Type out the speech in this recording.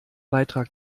beitrag